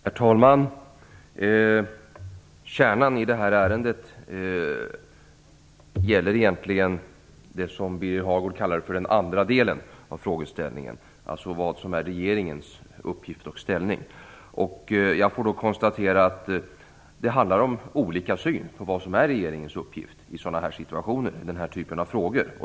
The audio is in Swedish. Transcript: Herr talman! Kärnan i ärendet är egentligen det som Birger Hagård kallade för den andra delen av frågan, nämligen vilken uppgift och vilken ställning regeringen har. Jag kan konstatera att det handlar om att vi har olika syn på vilken regeringens uppgift i sådana här situationer är.